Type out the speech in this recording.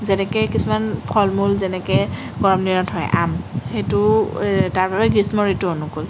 যেনেকে কিছুমান ফল মূল যেনেকৈ গৰম দিনত হয় আম সেইটো এই তাৰ বাবে গ্ৰীষ্ম ঋতু অনুকূল